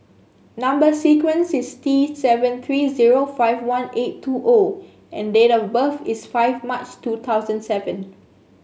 number sequence is T seven three zero five one eight two O and date of birth is five March two thousand seven